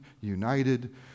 united